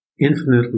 infinitely